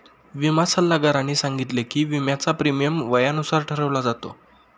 विमा सल्लागाराने सांगितले की, विम्याचा प्रीमियम वयानुसार ठरवला जातो